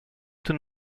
tous